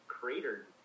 Cratered